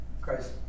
Christ